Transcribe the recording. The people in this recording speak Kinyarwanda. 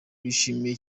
bishimiye